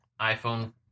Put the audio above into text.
iPhone